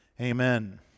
Amen